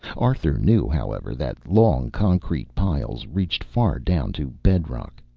arthur knew, however, that long concrete piles reached far down to bedrock.